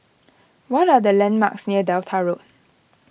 what are the landmarks near Delta Road